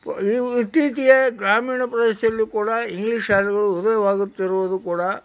ಇತ್ತೀಚಿಗೆ ಗ್ರಾಮೀಣ ಪ್ರದೇಶದಲ್ಲೂ ಕೂಡ ಇಂಗ್ಲೀಷ್ ಶಾಲೆಗಳು ಉದಯವಾಗುತ್ತಿರುವುದು ಕೂಡ